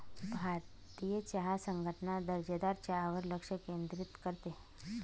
भारतीय चहा संघटना दर्जेदार चहावर लक्ष केंद्रित करते